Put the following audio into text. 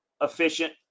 efficient